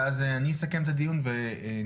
ואז אני אסכם את הדיון ונתפזר.